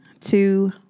two